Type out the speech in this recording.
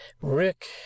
Rick